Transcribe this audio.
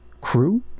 crew